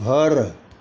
घर